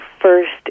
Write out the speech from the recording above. first